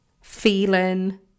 feeling